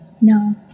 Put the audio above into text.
No